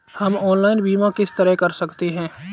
हम ऑनलाइन बीमा किस तरह कर सकते हैं?